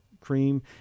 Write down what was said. cream